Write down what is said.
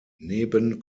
neben